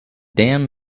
damn